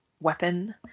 weapon